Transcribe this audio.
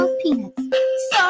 peanuts